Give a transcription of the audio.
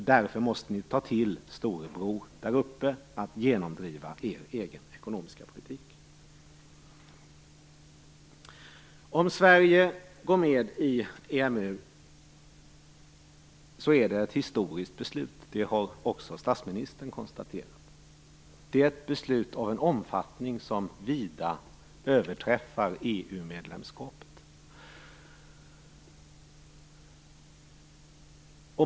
Det är därför som ni måste ta till storebror där uppe för att genomföra er egen ekonomiska politik. Om Sverige går med i EMU är det fråga om ett historiskt beslut, vilket också statsministern har konstaterat. Det är ett beslut av en omfattning som vida överträffar beslutet om EU-medlemskap.